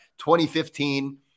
2015